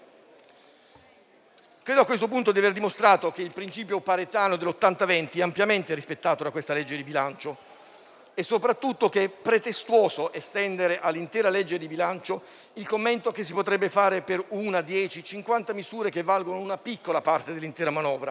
Credo a questo punto di aver dimostrato che il principio paretiano, la cosiddetta legge 80/20, è ampiamente rispettato dal presente disegno di legge di bilancio e soprattutto che è pretestuoso estendere all'intero provvedimento il commento che si potrebbe fare per una, dieci, cinquanta misure che valgono una piccola parte dell'intera manovra.